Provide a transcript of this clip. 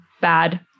bad